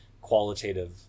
qualitative